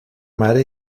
mare